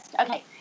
okay